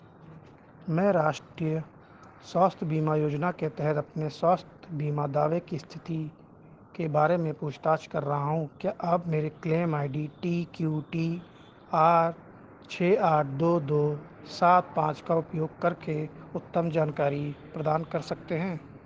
मैं राष्ट्रीय स्वास्थ्य बीमा योजना के तहत अपने स्वास्थ्य बीमा दावे की स्थिति के बारे में पूछताछ कर रहा हूँ क्या आप मेरे claim I D T Q T R छः आठ दो दो सात पाँच का उपयोग करके उत्तम जानकारी प्रदान कर सकते हैं